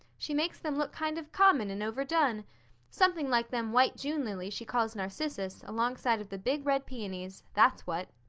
she makes them look kind of common and overdone something like them white june lilies she calls narcissus alongside of the big, red peonies, that's what.